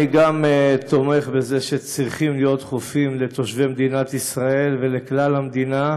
גם אני תומך בכך שצריכים להיות חופים לתושבי מדינת ישראל ולכלל המדינה,